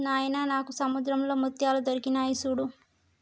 నాయిన నాకు సముద్రంలో ముత్యాలు దొరికాయి సూడు